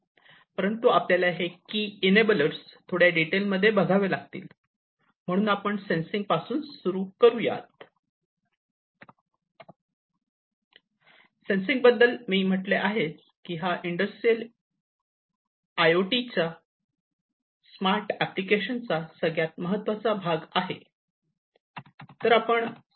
परंतु आपल्याला हे की अनबलर्स थोड्या डिटेल मध्ये बघावे लागतील म्हणून आपण सेन्सिंग पासून सुरू करू सेन्सिंग बद्दल मी म्हणेल कि हा इंडस्ट्रियल आय् ओ टीच्या स्मार्ट एप्लिकेशन चा सगळ्यात महत्त्वाचा भाग आहे